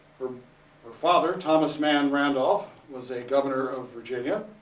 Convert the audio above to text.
her father, thomas mann randolph, was a governor of virginia.